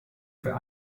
für